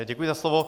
Děkuji za slovo.